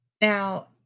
Now